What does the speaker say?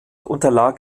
unterlag